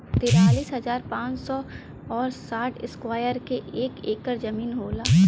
तिरालिस हजार पांच सौ और साठ इस्क्वायर के एक ऐकर जमीन होला